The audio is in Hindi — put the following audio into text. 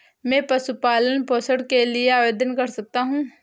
मैं पशु पालन पोषण के लिए आवेदन कैसे कर सकता हूँ?